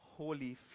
holy